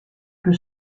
que